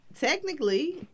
Technically